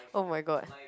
oh-my-god